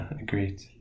agreed